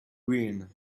green